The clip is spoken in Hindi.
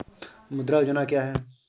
मुद्रा योजना क्या है?